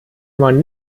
man